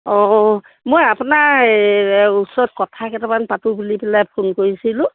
অঁ অঁ মই আপোনাৰ ওচৰত কথা কেইটামান পাতোঁ বুলি পেলাই ফোন কৰিছিলোঁ